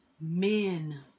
Men